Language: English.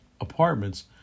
apartments